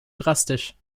drastisch